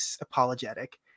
apologetic